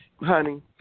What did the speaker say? Honey